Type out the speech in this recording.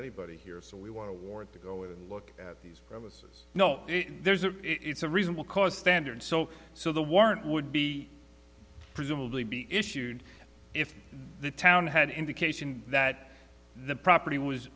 anybody here so we want to ward to go and look at these premises no there's a it's a reasonable cause standard so so the warrant would be presumably be issued if the town had an indication that the property was